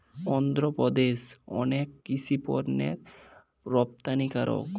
অন্ধ্রপ্রদেশ অনেক কৃষি পণ্যের রপ্তানিকারক